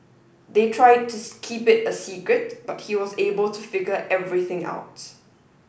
they tried to keep it a secret but he was able to figure everything out